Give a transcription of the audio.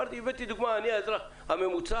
הבאתי לדוגמה אותי כאזרח הממוצע,